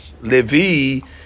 Levi